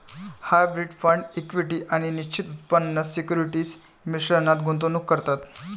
hybrid fund equity आणि निश्चित उत्पन्न सिक्युरिटीज मिश्रणात गुंतवणूक करतात